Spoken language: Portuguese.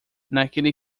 naquele